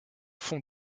fond